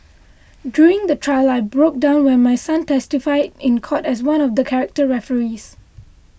during the trial I broke down when my son testified in court as one of the character referees